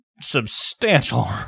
substantial